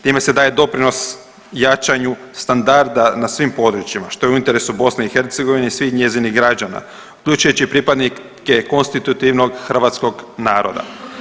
Time se daje doprinos jačanju standarda na svim područjima što je u interesu BiH i svih njezinih građana uključujući i pripadnike konstitutivnog hrvatskog naroda.